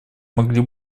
могли